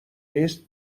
نیست